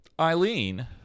Eileen